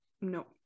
No